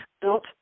Built